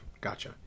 Gotcha